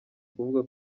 kuvuga